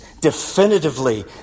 definitively